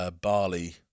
Barley